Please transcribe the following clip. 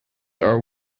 are